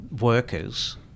workers